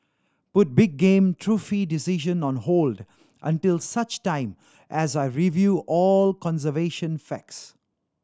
put big game trophy decision on hold until such time as I review all conservation facts